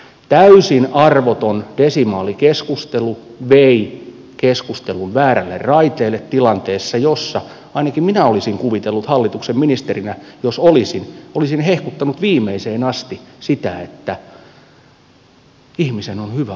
täysin arvoton desimaalikeskustelu vei keskustelun väärälle raiteelle tilanteessa jossa ainakin minä olisin hallituksen ministerinä jos ministerinä olisin hehkuttanut viimeiseen asti sitä että ihmisen on hyvä asua kotona